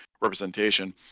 representation